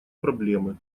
проблемы